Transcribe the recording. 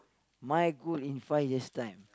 my goal in five years' time